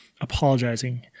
apologizing